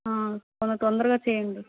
కొంత తొందరగా చేయండి